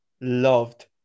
loved